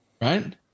right